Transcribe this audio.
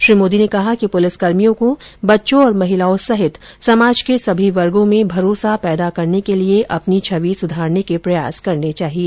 श्री मोदी ने कहा कि पुलिसकर्मियों को बच्चों और महिलाओं समेत समाज के सभी वर्गो में भरोसा पैदा करने के लिए अपनी छवि सुधारने के प्रयास करने चाहिए